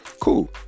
cool